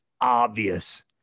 obvious –